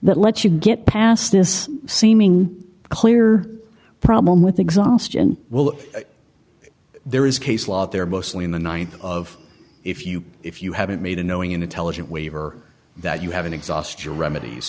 that lets you get past this seeming clear problem with exhaustion will there is case law there mostly in the th of if you if you haven't made a knowing in intelligent waiver that you haven't exhaust your remedies